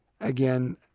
again